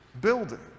building